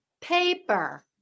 paper